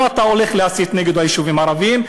אתה הולך להסית נגד היישובים הערביים,